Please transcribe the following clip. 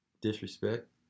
Disrespect